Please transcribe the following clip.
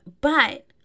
But-